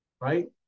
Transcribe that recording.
Right